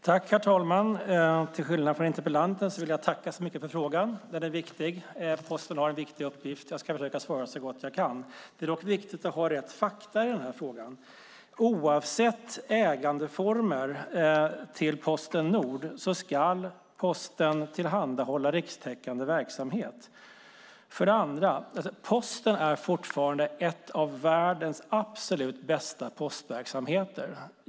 Herr talman! Till skillnad från interpellanten vill jag tacka så mycket för frågan. Den är viktig. Posten har en viktig uppgift. Jag ska försöka svara så gott jag kan. Det är dock viktigt att ha rätt fakta i den här frågan. Oavsett ägandeformer när det gäller Post Nord ska för det första Posten tillhandahålla rikstäckande verksamhet. För det andra är Posten fortfarande en av världens absolut bästa postverksamheter.